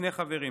שני חברים,